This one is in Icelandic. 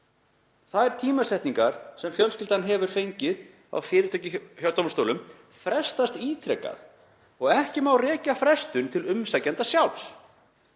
Þær tímasetningar sem fjölskyldan hefur fengið á fyrirtöku hjá dómstólum frestast ítrekað og ekki má rekja frestun til umsækjanda sjálfs.